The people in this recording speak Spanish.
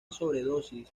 sobredosis